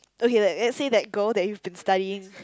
okay let let's say that girl that you've been studying